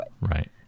right